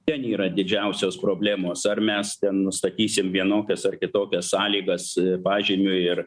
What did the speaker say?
ten yra didžiausios problemos ar mes ten nustatysim vienokias ar kitokias sąlygas pažymiui ir